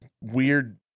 weird